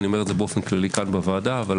אני אומר את זה באופן כללי כאן בוועדה אבל